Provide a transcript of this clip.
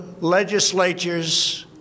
legislatures